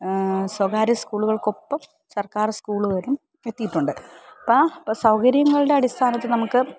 സ്വകാര്യ സ്കൂളുകൾക്കൊപ്പം സർക്കാർ സ്കൂളുകളിലും എത്തിയിട്ടുണ്ട് അപ്പം ഇപ്പം സൗകര്യങ്ങളുടെ അടിസ്ഥാനത്തിൽ നമുക്ക്